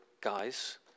guys